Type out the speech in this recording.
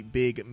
big